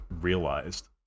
realized